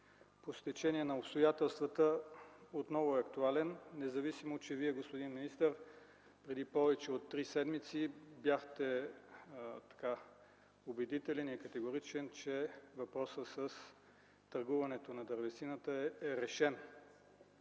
по стечение на обстоятелствата отново е актуален, независимо че Вие, господин министър, преди повече от три седмици бяхте убедителен и категоричен, че въпросът с търгуването на дървесината е решен.